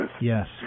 Yes